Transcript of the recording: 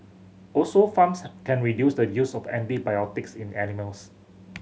also farms can reduce the use of antibiotics in animals